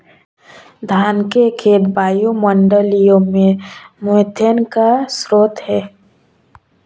धान के खेत वायुमंडलीय मीथेन का स्रोत हैं